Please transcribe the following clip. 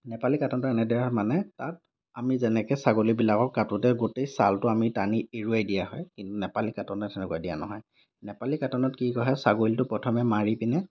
নেপালী কাটনটো এনেদৰে মানে তাত আমি যেনেকৈ ছাগলীবিলাকক কাটোতে গোটেই ছালটো আমি টানি এৰুৱাই দিয়া হয় কিন্তু নেপালী কাটনত তেনেকৈ দিয়া নহয় নেপালী কাটনত কি কৰা হয় ছাগলীটো প্ৰথমে মাৰি পিনে